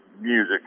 music